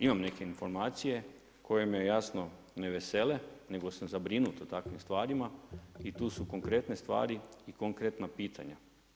Imam neke informacije koje me jasno ne vesele nego sam zabrinut o takvim i tu su konkretne stvari i konkretna pitanja.